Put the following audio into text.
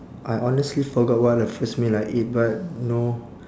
I honestly forgot what the first meal I ate but know